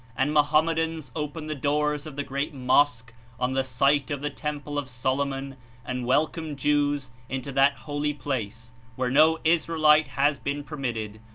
and mohammedans open the doors of the great mosque on the site of the temple of solomon and welcome jews into that holy place where no israelite has been permitted,